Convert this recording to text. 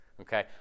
Okay